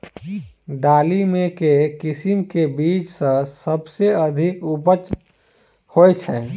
दालि मे केँ किसिम केँ बीज केँ सबसँ अधिक उपज होए छै?